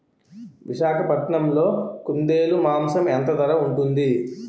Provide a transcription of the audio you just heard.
విశాఖపట్నంలో కుందేలు మాంసం ఎంత ధర ఉంటుంది?